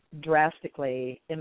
drastically